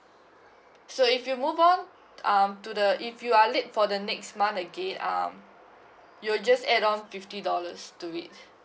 so if you move on um to the if you are late for the next month again um you'll just add on fifty dollars to it